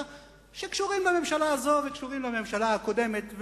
שקשורים לממשלה הזאת וקשורים לממשלה הקודמת,